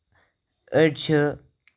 أڑۍ چھِ